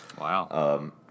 Wow